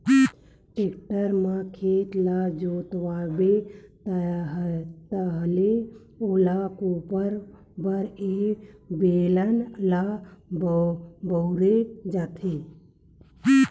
tractor म खेत ल जोतवाबे ताहाँले ओला कोपराये बर ए बेलन ल बउरे जाथे